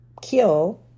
kill